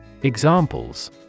Examples